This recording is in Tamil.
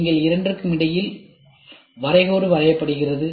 நீங்கள் இரண்டிற்கு இடையில் வரை கோடு வரையப்படுகிறது